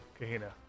Kahina